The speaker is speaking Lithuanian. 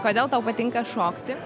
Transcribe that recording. kodėl tau patinka šokti